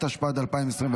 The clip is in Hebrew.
התשפ"ד 2024,